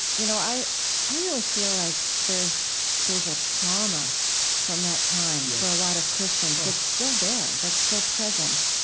you know, i i really feel like there's there's a trauma from that time for a lot of christians that's still there, that's still present.